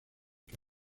que